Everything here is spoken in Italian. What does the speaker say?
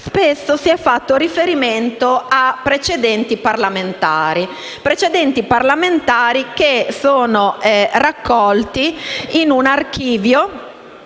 spesso si è fatto riferimento a precedenti parlamentari. Questi precedenti sono raccolti in un archivio,